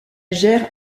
gère